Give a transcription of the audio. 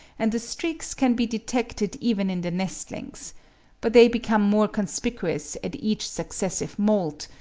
and the streaks can be detected even in the nestlings but they become more conspicuous at each successive moult,